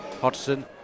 Hodgson